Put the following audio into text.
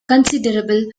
considerable